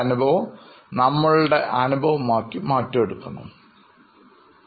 അതിനാൽ ഇത് എങ്ങനെയാണെന്ന് എന്നതിൽ എനിക്ക് ജിജ്ഞാസ ഉണ്ട് ഇതിന് ഒരു പരിഹാരം കണ്ടെത്തു